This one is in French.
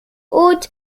haute